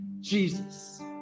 Jesus